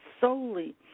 solely